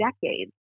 decades